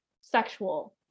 sexual